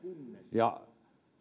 ja